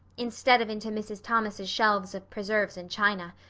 instead of into mrs. thomas' shelves of preserves and china.